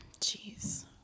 Jeez